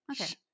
okay